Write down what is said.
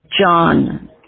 John